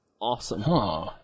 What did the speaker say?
awesome